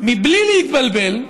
בלי להתבלבל,